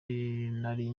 nari